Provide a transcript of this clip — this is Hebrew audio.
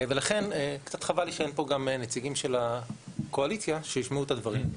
ולכן קצת חבל לי שאין פה גם נציגים של הקואליציה שישמעו את הדברים.